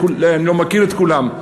אני לא מכיר את כולם,